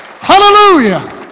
Hallelujah